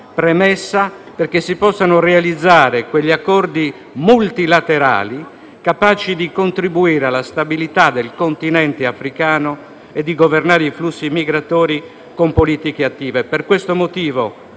premessa perché si possano realizzare quegli accordi multilaterali capaci di contribuire alla stabilità del continente africano e di governare i flussi migratori con politiche attive. Per questo motivo